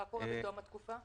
מה קורה בתום התקופה?